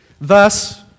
Thus